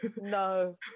No